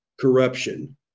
corruption